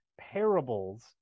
parables